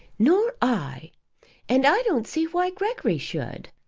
nor i and i don't see why gregory should.